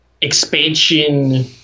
expansion